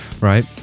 right